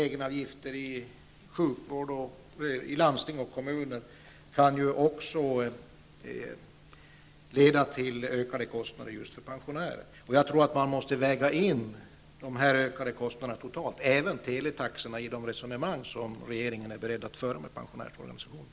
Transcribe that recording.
Höjda egenavgifter inom sjukvården, landstingen och kommunerna bidrar också till ökade kostander just för pensionärer. Man måste väga in de ökade kostnaderna totalt, även de höjda teletaxorna, i de resonemang som regeringen avser att föra med pensionärsorganisationerna.